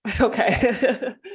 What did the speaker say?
Okay